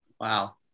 Wow